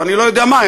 ואני לא יודע מה הן,